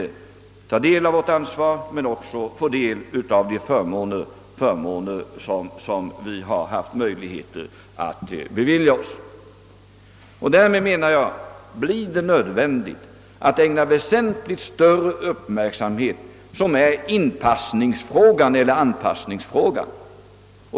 De skall ta del av vårt ansvar men också få del av de förmåner som vi haft möjlighet att bevilja oss själva. Därmed blir det nödvändigt att ägna väsentligt större uppmärksamhet åt inpassningseller anpassningsfrågan.